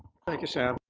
thank you, sam.